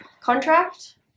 contract